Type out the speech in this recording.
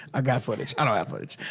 i got footage. i don't have footage.